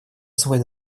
свой